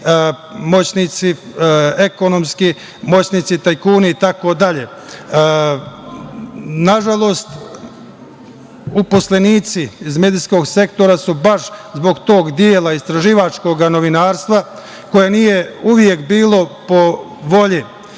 moćnici, ekonomski moćnici, tajkuni itd. Nažalost, uposlenici iz medijskog sektora su baš zbog tog dela istraživačkog novinarstva, koje nije uvek bilo po volji